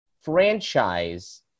franchise